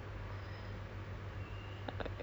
but just two cats lah